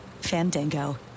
Fandango